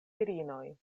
virinoj